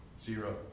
Zero